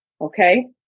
okay